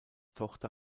tochter